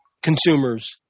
consumers